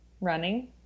Running